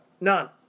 None